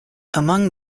among